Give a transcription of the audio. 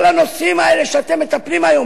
כל הנושאים האלה שאתם מטפלים בהם היום,